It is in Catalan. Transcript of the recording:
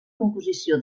composició